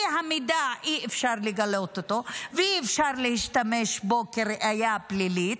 כי אי-אפשר לגלות את המידע ואי-אפשר להשתמש בו כראיה פלילית.